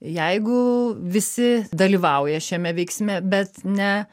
jeigu visi dalyvauja šiame veiksme bet ne